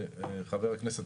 חבר הכנסת,